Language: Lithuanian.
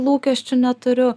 lūkesčių neturiu